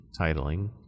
titling